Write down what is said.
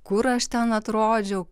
kur aš ten atrodžiau